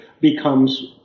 becomes